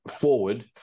forward